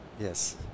Yes